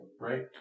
right